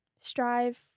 strive